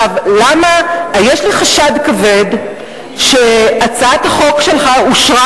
יש לי גם חשד כבד שהצעת החוק שלך קיבלה